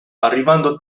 arrivando